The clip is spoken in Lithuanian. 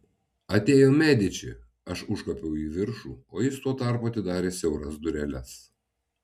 atėjo mediči aš užkopiau į viršų o jis tuo tarpu atidarė siauras dureles